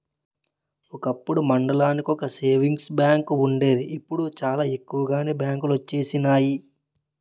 ఒకప్పుడు మండలానికో savings bank వుండేది ఇప్పుడు చాలా ఎక్కువగానే బ్యాంకులొచ్చినియి